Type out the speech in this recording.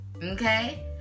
Okay